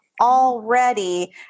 already